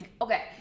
Okay